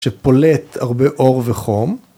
‫שפולט הרבה אור וחום.